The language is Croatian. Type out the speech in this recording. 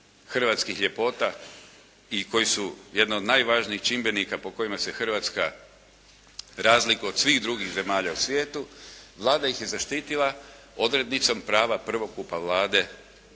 hrvatskih ljepota i koji su jedan od najvažnijih čimbenika po kojima se Hrvatska razlikuje od svih drugih zemalja u svijetu. Vlada ih je zaštitila odrednicom prava prvokupa Vlade kada